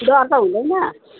डर त हुँदैन